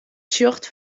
sjocht